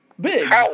big